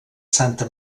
santa